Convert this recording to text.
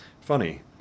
Funny